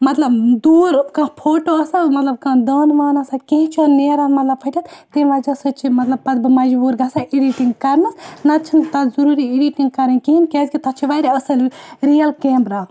مطلب دوٗر کانٛہہ فوٹو آسان مطلب کانٛہہ دانہٕ وانہٕ آسان کینٛہہ چھُنہٕ نیران مطلب پھٔٹِتھ تمہِ وجہ سۭتۍ چھِ مطلب پَتہٕ بہٕ مجبوٗر گژھان اٮ۪ڈِٹِنٛگ کَرنَس نَتہٕ چھِنہٕ تَتھ ضٔروٗری اٮ۪ڈِٹِنٛگ کَرٕنۍ کِہیٖنۍ کیٛازِکہِ تَتھ چھِ واریاہ اَصٕل رِیَل کیمرا